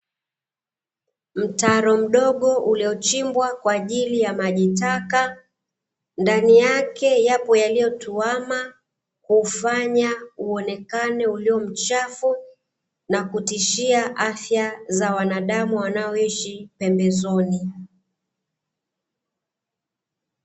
Mtaro mdogo uliochimbwa kwa ajili ya maji taka, ndani yake yapo yaliyotuama kuufanya uonekane ulio mchafu, na kutishia afya za wanadamu wanaoishi pembezoni.